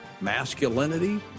masculinity